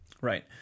Right